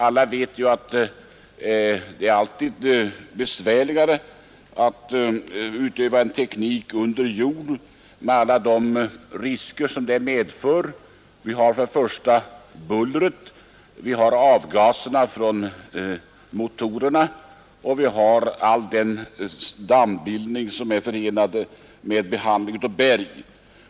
Vi vet ju att det alltid är besvärligare att utöva en teknik under jord med alla de risker detta medför i form av buller, avgaser från motorerna och den dammbildning som är förenad med behandlingen av berg.